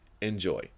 Enjoy